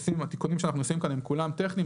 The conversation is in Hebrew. והתיקונים שאנחנו עושים כאן הם כולם טכניים,